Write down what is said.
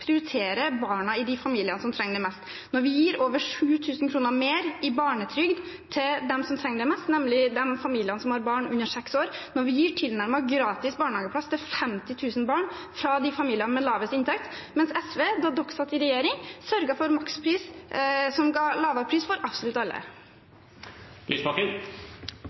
prioriterer barna i de familiene som trenger det mest, når vi gir over 7 000 kr mer i barnetrygd til dem som trenger det mest, nemlig de familiene som har barn under seks år, når vi gir tilnærmet gratis barnehageplass til 50 000 barn fra de familiene med lavest inntekt, mens SV, da de satt i regjering, sørget for makspris som ga lavere pris for absolutt alle.